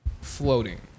floating